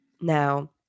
Now